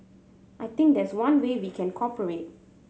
I think that's one way we can cooperate